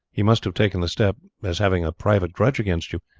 he must have taken the step as having a private grudge against you.